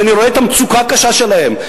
כשאני רואה את המצוקה הקשה שלהם.